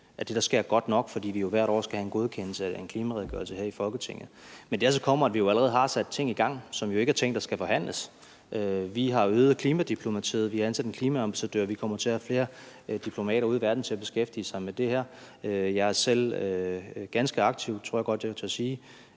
at det, der sker, er godt nok, fordi vi jo hvert år skal have en godkendelse af en klimaredegørelse her i Folketinget. Men dertil kommer, at vi jo allerede har sat ting i gang, som jo ikke er ting, der skal forhandles. Vi har øget klimadiplomatiet. Vi har ansat en klimaambassadør. Vi kommer til at have flere diplomater ude i verden til at beskæftige sig med det her. Jeg er selv ganske aktiv, tror jeg godt jeg tør sige,